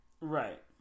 Right